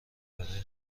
برای